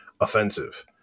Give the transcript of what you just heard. offensive